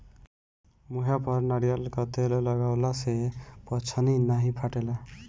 मुहे पर नारियल कअ तेल लगवला से पछ्नी नाइ फाटेला